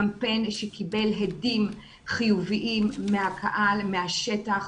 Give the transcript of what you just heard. קמפיין שקיבל הדים חיוביים מהקהל, מהשטח.